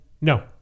no